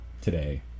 today